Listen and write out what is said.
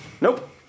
Nope